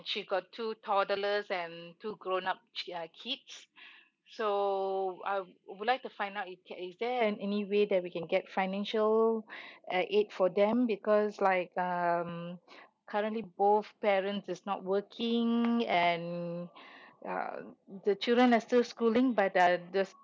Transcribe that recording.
she got two toddlers and two grown up actually are kids so I wou~ would like to find out it can is there any way that we can get financial uh aid for them because like um currently both parents is not working and um the children are still schooling but uh the